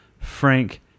Frank